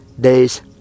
days